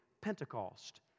Pentecost